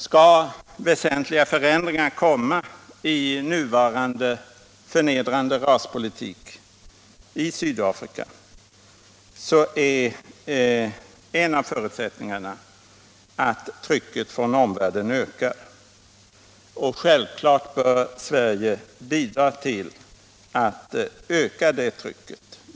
Skall väsentliga förändringar komma i nuvarande förnedrande raspolitik i Sydafrika, så är en av förutsättningarna att trycket från omvärlden ökar. Självfallet bör Sverige bidra till att öka det trycket.